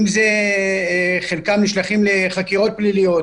חלקם נשלחים לחקירות פליליות,